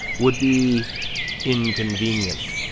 would be inconvenient.